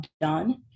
done